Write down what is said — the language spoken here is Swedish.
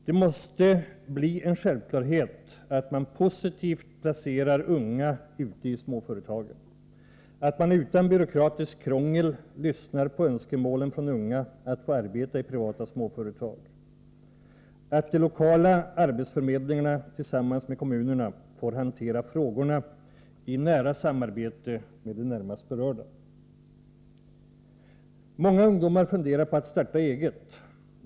Det måste bli en självklarhet att man i en positiv anda placerar unga människor ute i småföretagen — att man utan byråkratiskt krångel lyssnar på önkemålen från unga om att få arbeta i privata småföretag — och att de lokala arbetsförmedlingarna tillsammans med kommunerna får hantera frågorna i nära samarbete med de närmast berörda. Många ungdomar funderar på att starta eget.